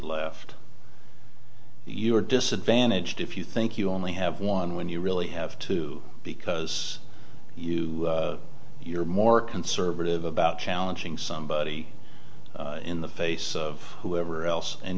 left you were disadvantaged if you think you only have one when you really have to because you're more conservative about challenging somebody in the face of whoever else and